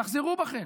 תחזרו בכם.